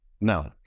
Now